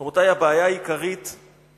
רבותי, הבעיה העיקרית היא